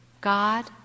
God